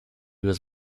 was